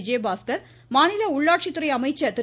விஜயபாஸ்கர் மாநில உள்ளாட்சித்துறை அமைச்சர் திரு